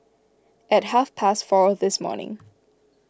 at half past four this morning